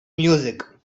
music